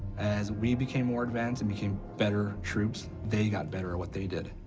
as we became more advanced and became better troops, they got better at what they did.